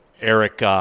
Eric